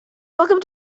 welcome